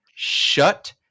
Shut